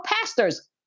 pastors